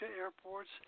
airports